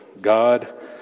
God